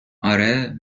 آره